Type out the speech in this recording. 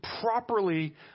properly